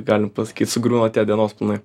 galima pasakyt sugriūna tie dienos planai